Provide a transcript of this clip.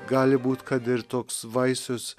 gali būt kad ir toks vaisius